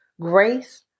grace